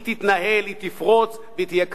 היא תתנהל, היא תפרוץ והיא תהיה קדימה.